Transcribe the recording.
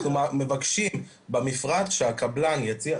אנחנו מבקשים במפרט שהקבלן יציע,